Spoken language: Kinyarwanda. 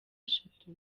eshatu